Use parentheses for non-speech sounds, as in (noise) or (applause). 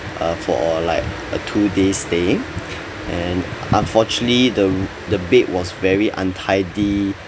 uh like a two days staying (breath) and unfortunately the r~ the bed was very untidy